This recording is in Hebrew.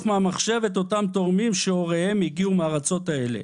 מהמחשב את אותם תורמים שהוריהם הגיעו מהארצות האלה".